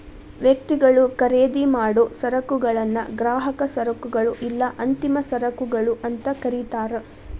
ವ್ಯಕ್ತಿಗಳು ಖರೇದಿಮಾಡೊ ಸರಕುಗಳನ್ನ ಗ್ರಾಹಕ ಸರಕುಗಳು ಇಲ್ಲಾ ಅಂತಿಮ ಸರಕುಗಳು ಅಂತ ಕರಿತಾರ